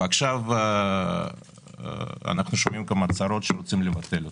ועכשיו אנחנו שומעים הצהרות שרוצים לבטל אותו.